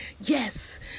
Yes